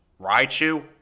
Raichu